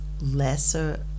lesser